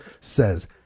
says